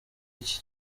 iki